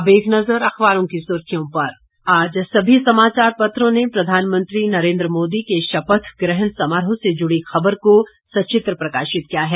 अब एक नज़र अखबारों की सुर्खियों पर आज सभी समाचार पत्रों ने प्रधानमंत्री नरेंद्र मोदी के शपथ ग्रहण समारोह से जुड़ी खबर को सचित्र प्रकाशित किया है